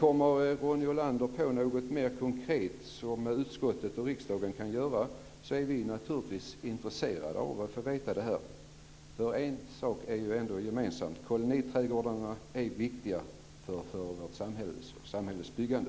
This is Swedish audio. Kommer Ronny Olander på något mer konkret som utskottet och riksdagen kan göra så är vi naturligtvis intresserade av att få veta det. En sak är ju ändå gemensam: Koloniträdgårdarna är viktiga för vårt samhälles byggande.